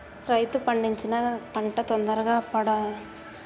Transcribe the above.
రైతు పండించిన పంటన తొందరగా పాడవకుండా ఉంటానికి కొత్తగా ఏసీల్లో బెడతన్నారుగా